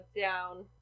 down